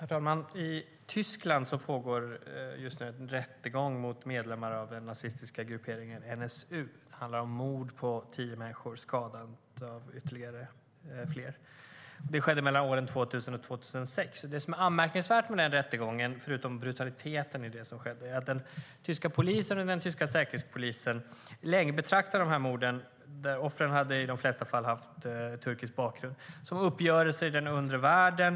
Herr talman! I Tyskland pågår just nu en rättegång mot medlemmar av den nazistiska grupperingen NSU. Det handlar om mord på tio människor och skador på ännu fler. Det skedde under åren 2000 och 2006. Det som är anmärkningsvärt när det gäller den rättegången, förutom brutaliteten i det som skedde, är att den tyska polisen och den tyska säkerhetspolisen länge betraktade de här morden - offren hade i de flesta fall turkisk bakgrund - som uppgörelser i den undre världen.